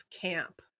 camp